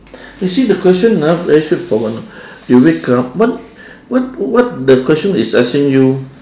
you see the question ah very straightforward you know you wake up what what what the question is asking you